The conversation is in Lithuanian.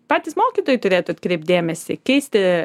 patys mokytojai turėtų atkreipt dėmesį keisti